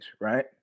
right